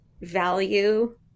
value